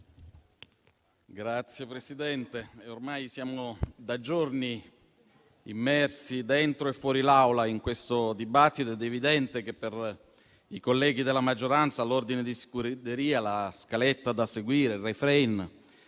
Signor Presidente, ormai siamo immersi da giorni, dentro e fuori dall'Aula, in questo dibattito ed è evidente che per i colleghi della maggioranza l'ordine di scuderia, la scaletta da seguire, il *refrain*